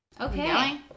Okay